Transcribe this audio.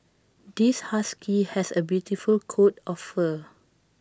this husky has A beautiful coat of fur